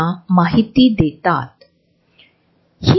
पण त्यांच्यामागील कल्पना अंदाजे समान जागा ठेवून कळविली जाते